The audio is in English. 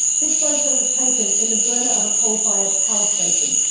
this photo was taken in the burner of a coal-fired power station.